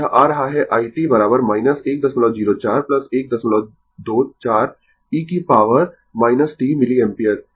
तो यह आ रहा है i t 104 124 e की पॉवर t मिलिएम्पियर